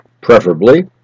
preferably